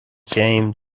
chéim